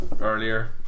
earlier